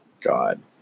God